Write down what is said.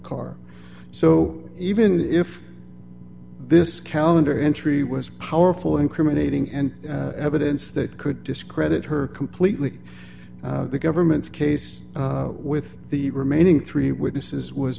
car so even if this calendar entry was powerful incriminating and evidence that could discredit her completely the government's case with the remaining three witnesses was